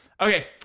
Okay